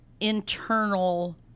internal